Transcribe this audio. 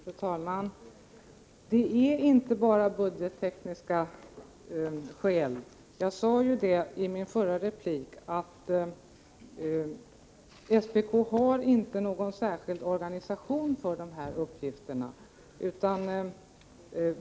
Fru talman! Det är inte bara fråga om budgettekniska skäl. Jag sade i min förra replik att det inte finns någon särskild organisation inom SPK för dessa uppgifter.